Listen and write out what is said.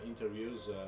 interviews